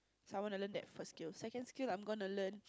so I want to learn that first skill second skill I'm gonna learn